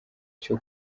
cyo